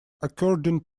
according